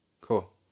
cool